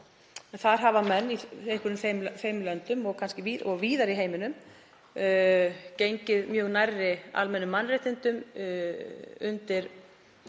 Þar hafa menn, í einhverjum þeim löndum og kannski víðar í heiminum, gengið mjög nærri almennum mannréttindum undir